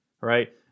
right